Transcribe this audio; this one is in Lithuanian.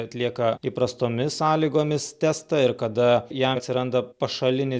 atlieka įprastomis sąlygomis testą ir kada jam atsiranda pašalinis